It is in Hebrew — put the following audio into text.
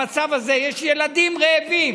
במצב הזה יש ילדים רעבים,